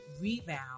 rebound